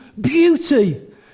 beauty